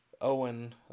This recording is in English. Owen